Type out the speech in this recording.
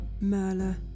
Merla